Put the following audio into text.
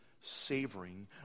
savoring